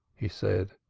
he said.